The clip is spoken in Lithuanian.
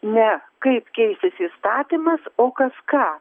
ne kaip keisis įstatymas o kas ką